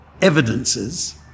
evidences